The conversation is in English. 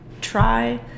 try